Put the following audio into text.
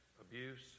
abuse